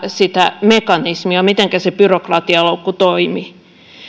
sitä mekanismia mitenkä se byrokratialoukku toimii